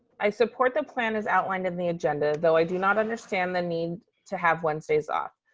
i support the plan as outlined in the agenda, though i do not understand the need to have wednesdays off.